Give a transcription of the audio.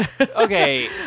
Okay